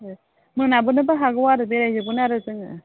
ए मोनाबोनो हागौ आरो बेरायजोबगोन आरो जोङो